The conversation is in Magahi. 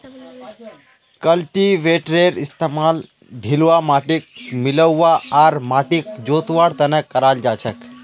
कल्टीवेटरेर इस्तमाल ढिलवा माटिक मिलव्वा आर माटिक जोतवार त न कराल जा छेक